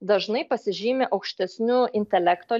dažnai pasižymi aukštesniu intelekto